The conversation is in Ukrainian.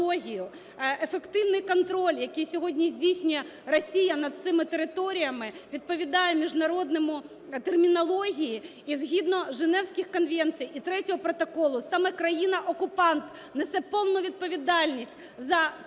ефективний контроль, який сьогодні здійснює Росія над цими територіями, відповідає міжнародній термінології і згідно Женевських конвенцій і третього Протоколу, саме країна-окупант несе повну відповідальність за ту